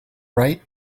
right